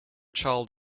child